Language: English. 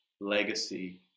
legacy